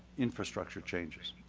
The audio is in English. infrastructure changes.